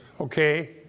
Okay